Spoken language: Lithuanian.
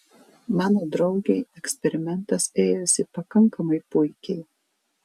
mano draugei eksperimentas ėjosi pakankamai puikiai